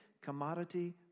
commodity